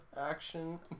action